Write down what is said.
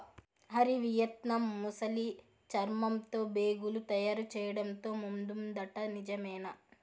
Hari, Vietnam ముసలి చర్మంతో బేగులు తయారు చేయడంతో ముందుందట నిజమేనా